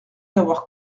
avoir